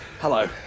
Hello